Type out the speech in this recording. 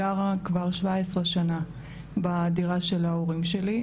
גרה כבר 17 שנה בדירה של ההורים שלי,